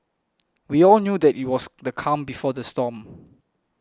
we all knew that it was the calm before the storm